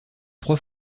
trois